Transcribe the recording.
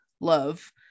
love